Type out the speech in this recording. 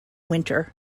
winter